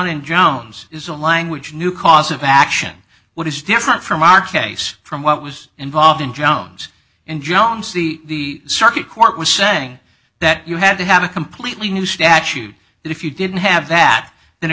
in jones is the language new cause of action what is different from our case from what was involved in jones and jones the circuit court was saying that you had to have a completely new statute if you didn't have that then it